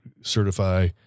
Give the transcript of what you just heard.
certify